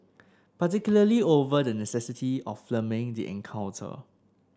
particularly over the necessity of filming the encounter